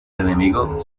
enemigo